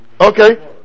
Okay